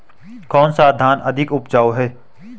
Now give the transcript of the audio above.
कौन सा धान अधिक उपजाऊ है?